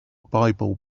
bible